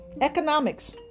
economics